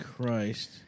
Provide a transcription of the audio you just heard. Christ